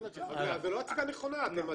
כן.